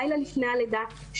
לילה לפני הלידה,